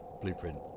blueprint